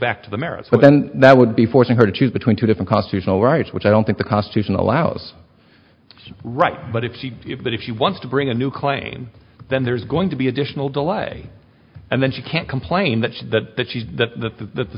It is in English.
back to the merits but then that would be forcing her to choose between two different costumes no rights which i don't think the constitution allows right but if that if she wants to bring a new claim then there's going to be additional delay and then she can't complain that she that that she's th